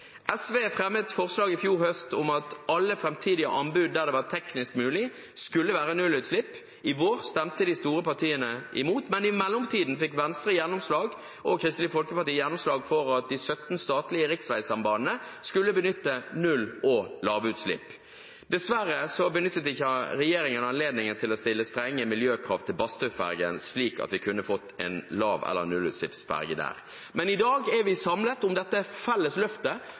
SV fremmet forslag i fjor høst om at alle framtidige anbud der det var teknisk mulig, skulle være nullutslipp. I vår stemte de store partiene imot, men i mellomtiden fikk Venstre og Kristelig Folkeparti gjennomslag for at det på de 17 statlige riksveisambandene skulle benyttes nullutslipps- og lavutslippsferger. Dessverre benyttet ikke regjeringen anledningen til å stille strenge miljøkrav til Bastøferga slik at vi kunne fått en lavutslipps- eller nullutslippsferge der. Men i dag er vi samlet om dette felles løftet